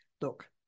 look